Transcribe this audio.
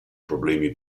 problemi